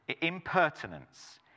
impertinence